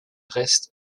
restes